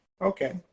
okay